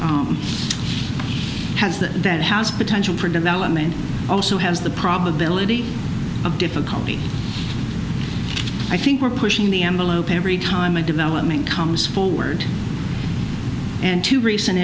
that that has potential for development also has the probability of difficulty i think we're pushing the envelope every time a development comes forward and two recent